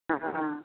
हॅं